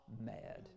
mad